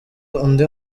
undi